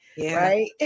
right